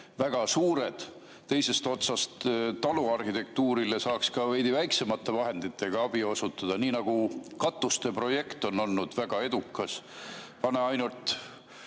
väga suured. Teisalt taluarhitektuurile saaks ka veidi väiksemate vahenditega abi osutada, näiteks katuste projekt on olnud väga edukas. Pane ainult